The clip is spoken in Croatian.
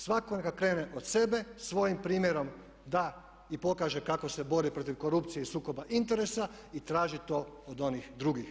Svatko neka krene od sebe, svojim primjerom da i pokaže kako se bori protiv korupcije i sukoba interesa i traži to od onih drugih.